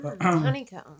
Honeycomb